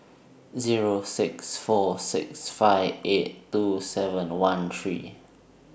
Zero six four six five eight two seven one three